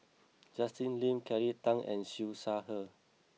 Justin Lean Kelly Tang and Siew Shaw Her